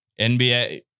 NBA